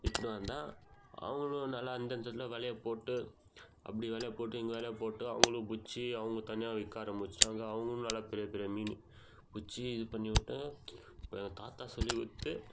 இட்டுன்னு வந்தால் அவங்களும் நல்லா இந்தெந்த இடத்துல வலையை போட்டு அப்படி வலையை போட்டு இங்கே வலையை போட்டு அவங்களும் பிடிச்சி அவங்க தனியாக விற்க ஆரம்பிச்சுட்டாங்க அவங்களும் நல்லா பெரிய பெரிய மீன் பிடிச்சி இது பண்ணி விட்டு இப்போ எங்கள் தாத்தா சொல்லிக் கொடுத்து